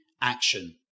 action